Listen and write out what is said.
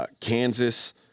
Kansas